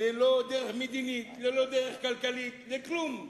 ללא דרך מדינית, ללא דרך כלכלית, לכלום.